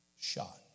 shot